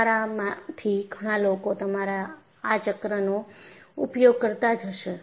તમારા માંથી ઘણા લોકો તમારા આચક્રનો ઉપયોગ કરતા જ હશો